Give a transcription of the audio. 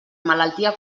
malaltia